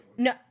No